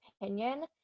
opinion